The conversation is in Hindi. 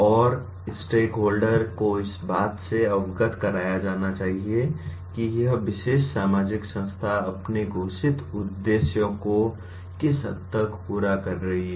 और स्टेकहोल्डर को इस बात से अवगत कराया जाना चाहिए कि यह विशेष सामाजिक संस्था अपने घोषित उद्देश्यों को किस हद तक पूरा कर रही है